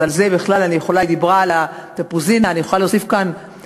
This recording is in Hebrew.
היא דיברה על "תפוזינה", ואני יכולה להוסיף דברים